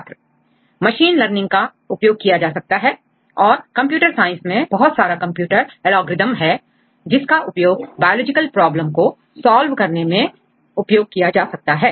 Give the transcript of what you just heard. छात्र machine learning का उपयोग किया जा सकता है और कंप्यूटर साइंस में बहुत सारा कंप्यूटर एलॉग्र्रिदम है जिसका उपयोग बायोलॉजिकल प्रॉब्लम्स को सॉल्व करने में उपयोग किया जा सकता है